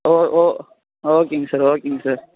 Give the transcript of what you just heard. ஓ ஓ ஓகேங்க சார் ஓகேங்க சார்